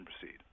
proceed